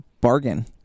bargain